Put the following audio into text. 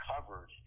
covered